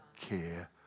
care